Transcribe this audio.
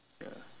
ya